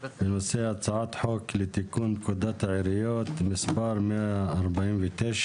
הצעת חוק לתיקון פקודת העיריות (מס' 149)